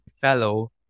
fellow